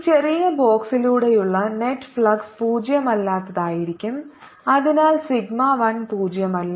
ഈ ചെറിയ ബോക്സിലൂടെയുള്ള നെറ്റ് ഫ്ലക്സ് പൂജ്യമല്ലാത്തതായിരിക്കും അതിനാൽ സിഗ്മ 1 പൂജ്യo അല്ല